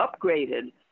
upgraded